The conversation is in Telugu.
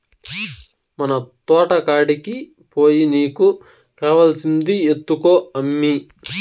మన తోటకాడికి పోయి నీకు కావాల్సింది ఎత్తుకో అమ్మీ